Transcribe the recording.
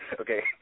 okay